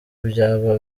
byaba